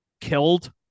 killed